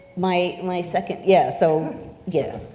my my second, yeah, so yeah.